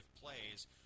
plays